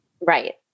Right